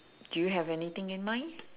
do you have anything in mind